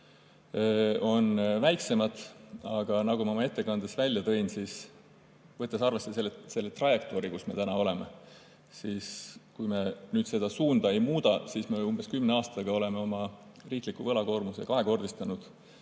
väiksemad, aga nagu ma oma ettekandes välja tõin, siis võttes arvesse seda trajektoori, kus me täna oleme, kui me nüüd seda suunda ei muuda, siis me umbes kümne aastaga oleme oma riigi võlakoormuse kahekordistanud.